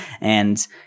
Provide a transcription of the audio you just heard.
And-